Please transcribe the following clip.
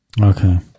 okay